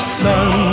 sun